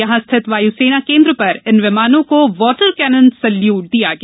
यहां स्थित वायुसेना केंद्र पर इन विमानों को वाटर कैनन सैल्यूट दिया गया